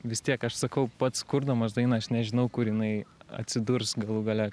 vis tiek aš sakau pats kurdamas dainą aš nežinau kur jinai atsidurs galų gale